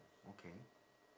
okay